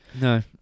No